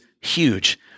huge